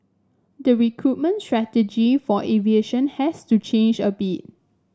the recruitment strategy for aviation has to change a bit